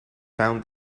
found